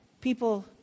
people